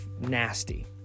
nasty